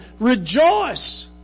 Rejoice